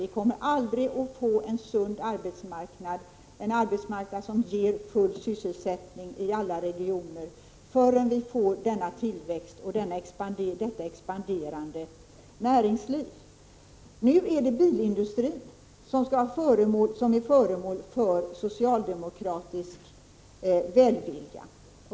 Vi kommer aldrig att få en sund arbetsmarknad, en arbetsmarknad som ger full sysselsättning i alla regioner, förrän vi får denna tillväxt och detta expanderande näringsliv. Nu är det bilindustrin som är föremål för socialdemokratisk välvilja.